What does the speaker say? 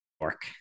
York